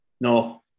no